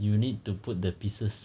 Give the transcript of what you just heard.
you need to put the pieces